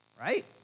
right